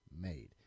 made